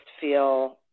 feel